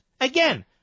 Again